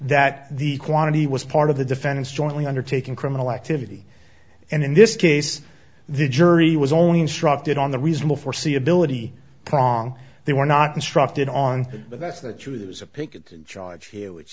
that the quantity was part of the defendant's jointly undertaking criminal activity and in this case the jury was only instructed on the reasonable foreseeability prong they were not instructed on but that's the truth it was a picket in charge here which